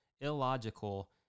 illogical